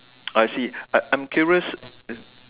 I see I'm I'm curious